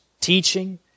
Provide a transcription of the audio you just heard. teaching